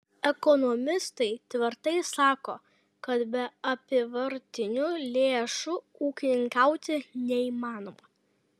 ekonomistai tvirtai sako kad be apyvartinių lėšų ūkininkauti neįmanoma